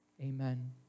Amen